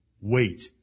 wait